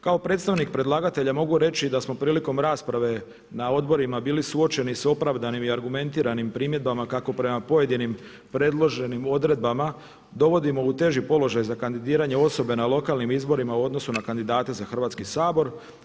Kao predstavnik predlagatelja mogu reći da smo prilikom rasprave na odborima bili suočeni sa opravdanim i argumentiranim primjedbama kako prema pojedinim predloženim odredbama dovodimo u teži položaj osobe na lokalnim izborima u odnosu na kandidate na Hrvatski sabor.